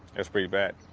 it's pretty bad.